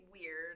weird